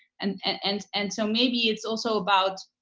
and and and so maybe it's also about